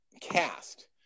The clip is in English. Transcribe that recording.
cast